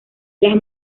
las